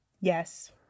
yes